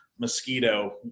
Mosquito